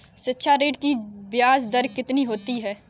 शिक्षा ऋण की ब्याज दर कितनी होती है?